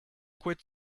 quit